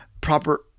proper